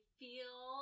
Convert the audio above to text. feel